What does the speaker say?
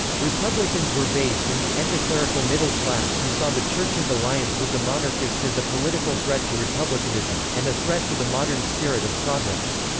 republicans were based in the anticlerical middle class who saw the church's alliance with the monarchists as a political threat to republicanism, and a threat to the modern spirit of progress.